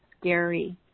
scary